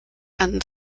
and